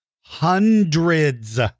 hundreds